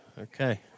Okay